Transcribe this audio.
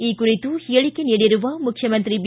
ಈ ಕುರಿತು ಹೇಳಿಕೆ ನೀಡಿರುವ ಮುಖ್ಯಮಂತ್ರಿ ಬಿ